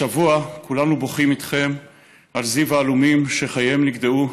השבוע כולנו בוכים איתכם על זיו העלומים שנגדעו,